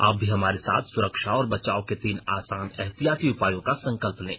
आप भी हमारे साथ सुरक्षा और बचाव के तीन आसान एहतियाती उपायों का संकल्प लें